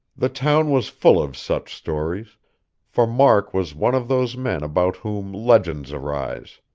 the town was full of such stories for mark was one of those men about whom legends arise.